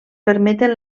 permeten